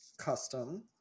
custom